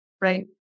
right